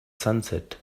sunset